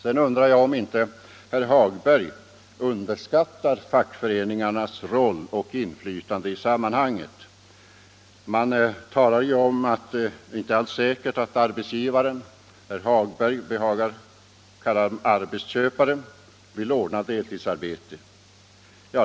Jag undrar om inte herr Hagberg underskattar fackföreningarnas roll och inflytande i sammanhanget. Han talar ju om att det inte alls är säkert att arbetsgivarna — herr Hagberg föredrar att kalla dem arbetsköparna — vill ordna deltidsarbete.